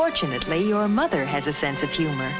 fortunately your mother had a sense of humor